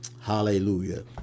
Hallelujah